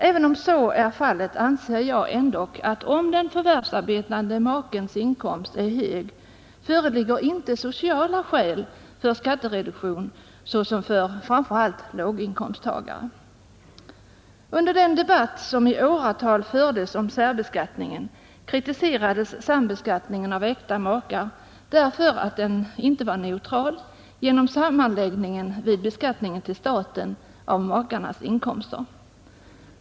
Även om så är fallet anser jag ändock, att om den förvärvsarbetande makens inkomst är hög föreligger inte sociala skäl för skattereduktion såsom för framför allt låginkomsttagare. Under den debatt som i åratal fördes om särbeskattningen kritiserades sambeskattningen av äkta makar därför att den inte var neutral genom sammanläggningen vid beskattningen till staten av makarnas inkomster.